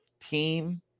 team